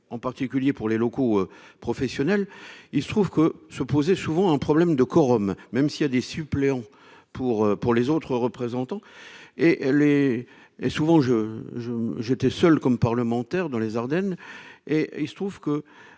en particulier pour les locaux professionnels, il se trouve que se poser souvent un problème de quorum, même s'il y a des suppléants pour pour les autres représentants et les et souvent je, je, j'étais seul comme parlementaire, dans les Ardennes et il se trouve que